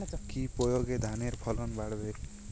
কি প্রয়গে ধানের ফলন বাড়বে?